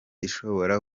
ishobora